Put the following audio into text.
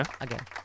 Again